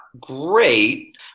great